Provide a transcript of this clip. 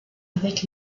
avec